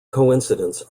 coincidence